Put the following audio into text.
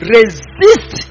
Resist